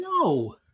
no